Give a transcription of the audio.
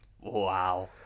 Wow